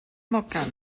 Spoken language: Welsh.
morgan